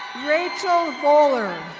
rachel uller.